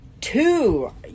two